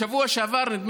בשבוע שעבר,